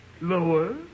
Lower